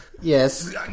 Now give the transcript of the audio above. Yes